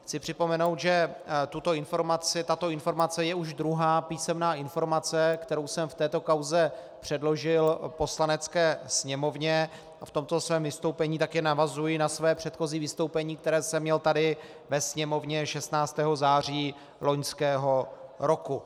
Chci připomenout, že tato informace je už druhá písemná informace, kterou jsem v této kauze předložil Poslanecké sněmovně, a v tomto svém vystoupení také navazuji na své předchozí vystoupení, které jsem měl tady ve Sněmovně 16. září loňského roku.